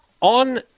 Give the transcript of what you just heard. On